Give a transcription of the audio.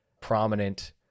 prominent